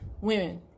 women